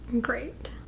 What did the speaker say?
Great